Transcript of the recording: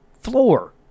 floor